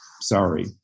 Sorry